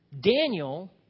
Daniel